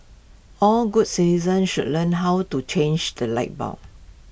all good citizens should learn how to change the light bulb